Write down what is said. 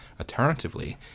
Alternatively